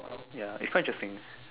ya it's quite interesting